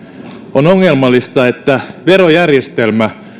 on ongelmallista että verojärjestelmä